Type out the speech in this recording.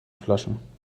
flaschen